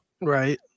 Right